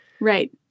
Right